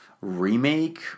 remake